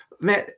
Man